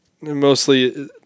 mostly